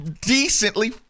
decently